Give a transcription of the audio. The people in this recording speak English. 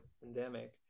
pandemic